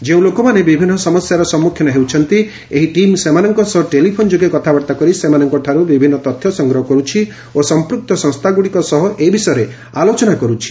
ଯେଉଁ ଲୋକମାନେ ବିଭିନ୍ନ ସମସ୍ୟାର ସମ୍ମୁଖୀନ ହେଉଛନ୍ତି ଏହି ଟିମ୍ ସେମାନଙ୍କ ସହ ଟେଲିଫୋନ୍ ଯୋଗେ କଥାବାର୍ତ୍ତା କରି ସେମାନଙ୍କଠାରୁ ବିଭିନ୍ନ ତଥ୍ୟ ସଂଗ୍ରହ କରୁଛି ଓ ସମ୍ପୁକ୍ତ ସଂସ୍ଥାଗୁଡ଼ିକ ସହ ଏ ବିଷୟରେ ଆଲୋଚନା କରୁଛି